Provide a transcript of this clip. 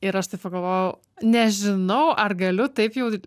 ir aš taip pagalvojau nežinau ar galiu taip jau